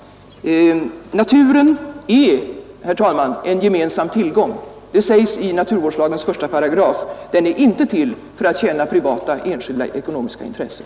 Naturen är, herr talman, en gemensam tillgång. Det sägs i naturvårdslagen §1. Den är inte till för att tjäna privata enskilda ekonomiska intressen.